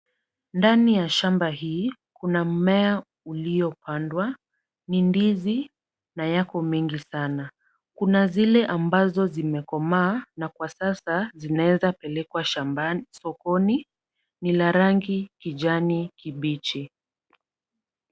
Ndani ya shamba hii kuna mmea uliopandwa. Ni ndizi na yako mengi sana. Kuna zile ambazo zimekomaa na kwa sasa zinaweza pelekwa sokoni. Ni la rangi kijani kibichi.